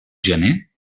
gener